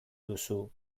duzu